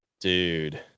dude